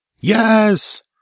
Yes